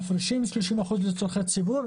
מפרישים 30% לצרכי ציבור,